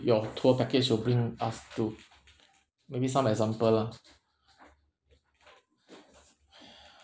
your tour package will bring us to maybe some example lah